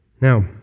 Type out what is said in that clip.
Now